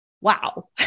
wow